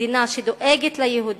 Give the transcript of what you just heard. מדינה שדואגת ליהודים,